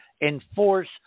enforce